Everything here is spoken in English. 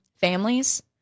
families